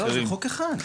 לא, זה חוק אחד.